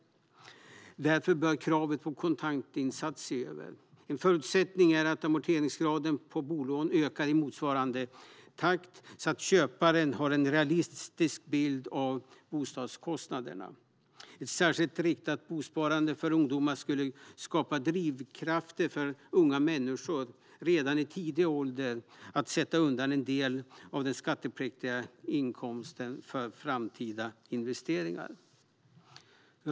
Därför bör kravet om kontantinsats ses över. En förutsättning är att amorteringsgraden på bolånet ökar i motsvarande takt så att köparen har en realistisk bild av bostadskostnaderna. Ett särskilt riktat bosparande för ungdomar skulle skapa drivkrafter för unga människor att redan i tidig ålder sätta undan en del av den skattepliktiga inkomsten för framtida investeringar.